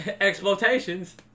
Exploitations